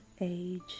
age